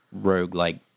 roguelike